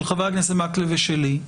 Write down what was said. של חבר הכנסת מקלב ושלי,